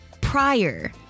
prior